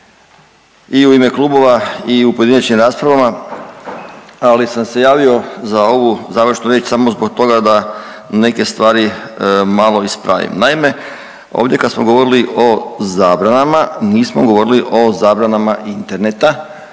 i u ime klubova i u pojedinačnim raspravama, ali sam se javio za ovu završnu riječ samo zbog toga da neke stvari malo ispravim. Naime, ovdje kad smo govorili o zabranama nismo govorili o zabranama koje